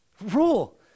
Rule